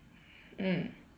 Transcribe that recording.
mm